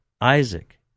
Isaac